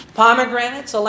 pomegranates